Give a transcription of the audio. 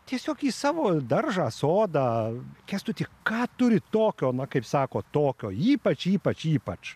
tiesiog į savo daržą sodą kęstuti ką turit tokio na kaip sako tokio ypač ypač ypač